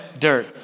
Dirt